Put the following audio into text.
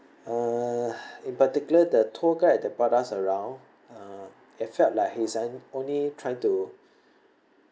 uh in particular the tour guide that brought us around uh it felt like he's an~ only trying to